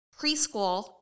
preschool